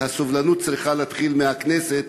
והסובלנות צריכה להתחיל מהכנסת,